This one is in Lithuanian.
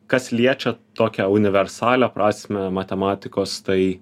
kas liečia tokią universalią prasmę matematikos tai